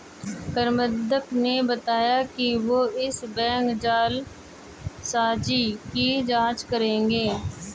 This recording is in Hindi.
प्रबंधक ने बताया कि वो इस बैंक जालसाजी की जांच करेंगे